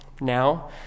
now